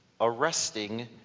arresting